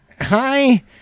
Hi